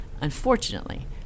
Unfortunately –